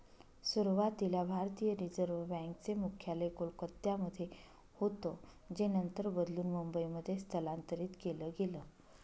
सुरुवातीला भारतीय reserve bank चे मुख्यालय कोलकत्यामध्ये होतं जे नंतर बदलून मुंबईमध्ये स्थलांतरीत केलं गेलं